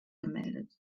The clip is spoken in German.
gemeldet